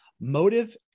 Motive